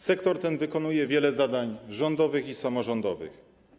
Sektor ten wykonuje wiele zadań rządowych i samorządowych.